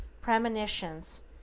premonitions